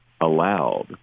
allowed